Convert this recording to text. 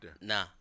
Nah